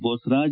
Bosaraj